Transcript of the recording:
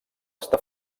està